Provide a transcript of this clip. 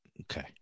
Okay